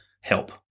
help